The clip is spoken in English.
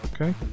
Okay